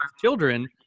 children